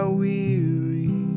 weary